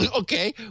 okay